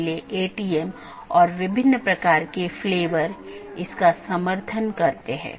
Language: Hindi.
वास्तव में हमने इस बात पर थोड़ी चर्चा की कि विभिन्न प्रकार के BGP प्रारूप क्या हैं और यह अपडेट क्या है